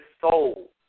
soul